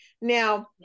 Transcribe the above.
now